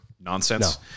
nonsense